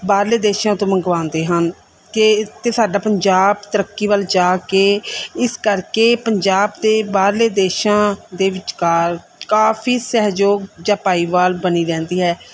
ਬਾਹਰਲੇ ਦੇਸ਼ਾਂ ਤੋਂ ਮੰਗਵਾਉਂਦੇ ਹਨ ਕਿ ਅਤੇ ਸਾਡਾ ਪੰਜਾਬ ਤਰੱਕੀ ਵੱਲ ਜਾ ਕੇ ਇਸ ਕਰਕੇ ਪੰਜਾਬ ਦੇ ਬਾਹਰਲੇ ਦੇਸ਼ਾਂ ਦੇ ਵਿਚਕਾਰ ਕਾਫੀ ਸਹਿਯੋਗ ਜਾਂ ਭਾਈਵਾਲ ਬਣੀ ਰਹਿੰਦੀ ਹੈ